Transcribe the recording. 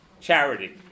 Charity